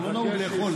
לא נהוג לאכול.